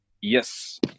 Yes